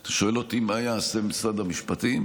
אתה שואל אותי מה יעשה משרד המשפטים?